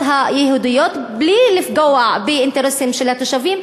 היהודיות בלי לפגוע באינטרסים של התושבים,